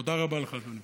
תודה לך, אדוני.